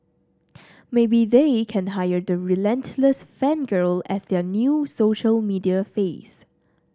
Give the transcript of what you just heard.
maybe they can hire the relentless fan girl as their new social media face